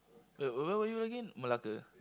wait where were you again Malacca